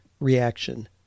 reaction